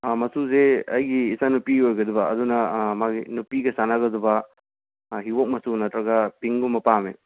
ꯃꯆꯨꯖꯦ ꯑꯩꯒꯤ ꯏꯆꯥꯅꯨꯄꯤꯒꯤ ꯑꯣꯏꯒꯗꯕ ꯑꯗꯨꯅ ꯃꯥꯒꯤ ꯅꯨꯄꯤꯒ ꯆꯥꯅꯒꯗꯕ ꯍꯤꯒꯣꯛ ꯃꯆꯨ ꯅꯠꯇ꯭ꯔꯒ ꯄꯤꯡꯛ ꯒꯨꯝꯕ ꯄꯥꯝꯃꯦ